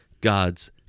god's